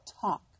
talk